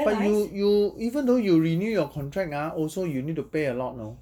but you you even though you renew your contract ah also you need to pay a lot no